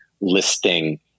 listing